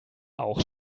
auch